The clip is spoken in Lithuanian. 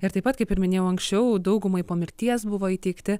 ir taip pat kaip ir minėjau anksčiau daugumai po mirties buvo įteikti